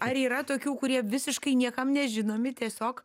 ar yra tokių kurie visiškai niekam nežinomi tiesiog